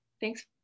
Thanks